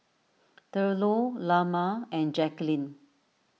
Thurlow Lamar and Jackeline